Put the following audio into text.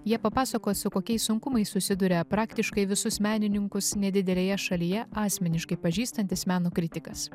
jie papasakos su kokiais sunkumais susiduria praktiškai visus menininkus nedidelėje šalyje asmeniškai pažįstantys meno kritikas